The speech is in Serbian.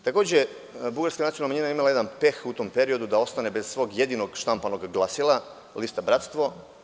Takođe, Bugarska nacionalna manjina je imala jedan peh u tom periodu da ostane bez svog jedinog štampanog glasila, lista „Bratstvo“